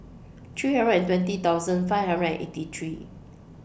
three hundred and twenty thousand five hundred and eighty three